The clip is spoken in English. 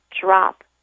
drop